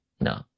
no